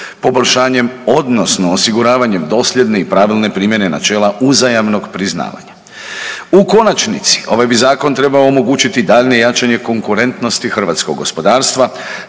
poboljšanjem, odnosno osiguravanjem dosljedne i pravilne primjene načela uzajamnog priznavanja. U konačnici ovaj bi Zakon trebao omogućiti daljnje jačanje konkurentnosti Hrvatskog gospodarstva